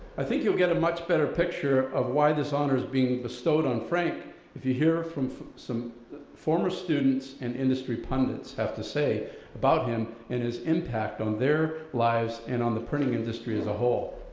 i think you'll get a much better picture of why this honor's being bestowed on frank if you hear from some former students and industry pundits have to say about him and his impact on their lives and on the printing industry as a whole.